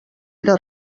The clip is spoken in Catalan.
era